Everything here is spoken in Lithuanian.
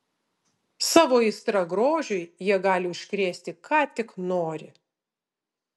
savo aistra grožiui jie gali užkrėsti ką tik nori